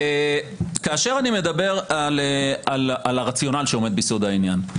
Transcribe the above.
כאשר אני מדבר על הרציונל על הרציונל שעומד ביסוד העניין,